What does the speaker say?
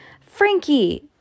Frankie